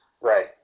Right